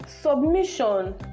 submission